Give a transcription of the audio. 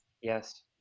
yes